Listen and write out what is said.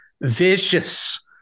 vicious